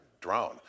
drone